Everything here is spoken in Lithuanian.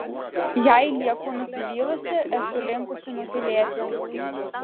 jei lieku nusivylusi esu linkusi nutylėti